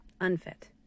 unfit